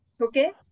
Okay